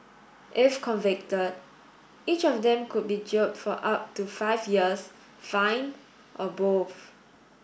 if convicted each of them could be jailed for up to five years fined or both